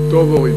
טוב, אורית.